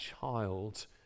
child